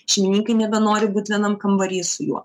šeimininkai nebenori būt vienam kambary su juo